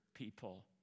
People